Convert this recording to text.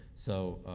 so,